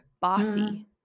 bossy